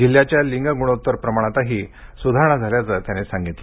जिल्ह्याच्या लिंग गुणणोत्तर प्रमाणातही सुधारणा झाल्याचं त्यांनी सांगितलं